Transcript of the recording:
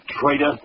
traitor